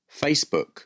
Facebook